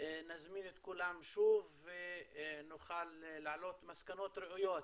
נזמין את כולם שוב ונוכל להעלות מסקנות ראויות.